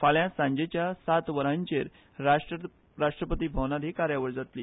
फाल्या सांजेच्या सात वरांचेर राष्ट्रपती भवनांत ही कार्यावळ जातली